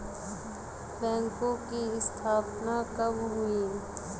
बैंकों की स्थापना कब हुई?